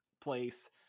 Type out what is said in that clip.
place